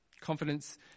Confidence